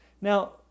Now